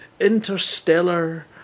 Interstellar